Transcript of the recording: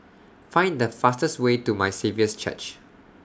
Find The fastest Way to My Saviour's Church